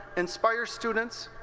inspires students.